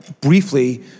briefly